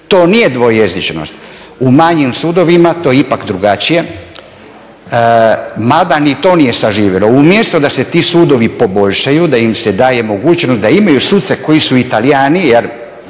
To nije dvojezičnost. U manjim sudovima to je ipak drugačije mada ni to nije saživjelo. Umjesto da se ti sudovi poboljšaju, da im se daje mogućnost da imaju suce koji su Talijani,